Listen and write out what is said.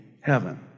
heaven